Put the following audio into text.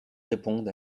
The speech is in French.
répondent